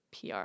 PR